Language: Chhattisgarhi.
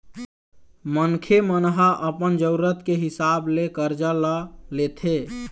मनखे मन ह अपन जरुरत के हिसाब ले करजा ल लेथे